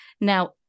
Now